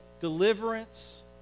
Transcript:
deliverance